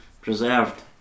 Preserved